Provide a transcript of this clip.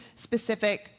specific